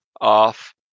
off